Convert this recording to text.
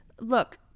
Look